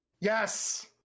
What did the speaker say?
Yes